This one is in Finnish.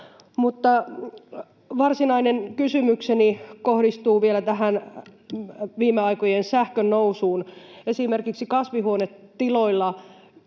Mutta varsinainen kysymykseni kohdistuu vielä tähän viime aikojen sähkön kustannusten nousuun. Esimerkiksi kasvihuonetiloilla